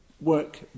work